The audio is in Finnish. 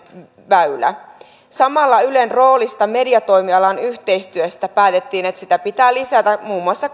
väylä samalla ylen roolista mediatoimialan yhteistyöstä päätettiin että sitä pitää lisätä muun muassa